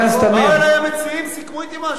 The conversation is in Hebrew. באו אלי המציעים, סיכמו אתי משהו.